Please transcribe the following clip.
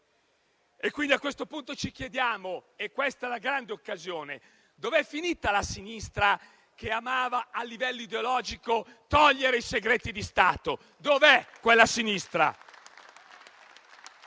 personali. A questo punto ci chiediamo - questa è una grande occasione - dove è finita la sinistra che amava, a livello ideologico, togliere i segreti di Stato. Dov'è quella sinistra?